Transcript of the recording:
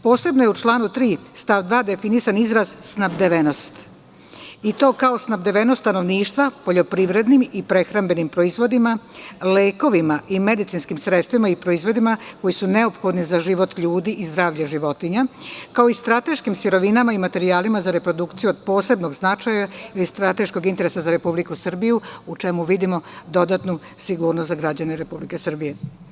Posebno je u članu 3. stav 2. definisan izraz „snabdevenost“ i to kao snabdevenost stanovništva poljoprivrednim i prehrambenim proizvodima, lekovima i medicinskim sredstvima i proizvodima koji su neophodni za život ljudi i zdravlje životinja, kao i strateškim sirovinama i materijalima za reprodukciju od posebnog značaja i od strateško interesa za Republiku Srbiju u čemu vidimo dodatnu sigurnost za građane Republike Srbije.